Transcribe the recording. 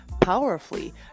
powerfully